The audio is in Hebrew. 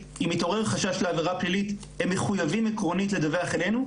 אם התעורר חשש לעבירה פלילית הם מחויבים עקרונית לדווח אלינו.